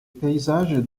paysages